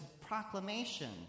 proclamation